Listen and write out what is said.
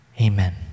amen